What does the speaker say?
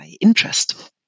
interest